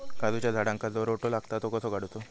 काजूच्या झाडांका जो रोटो लागता तो कसो काडुचो?